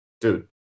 dude